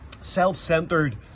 self-centered